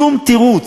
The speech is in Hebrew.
שום תירוץ,